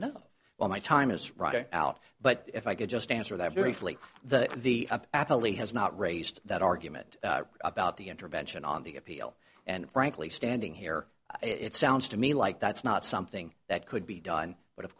d well my time is running out but if i could just answer that very fully the the adlie has not raised that argument about the intervention on the appeal and frankly standing here it sounds to me like that's not something that could be done but of